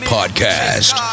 Podcast